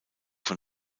von